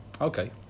Okay